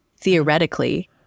theoretically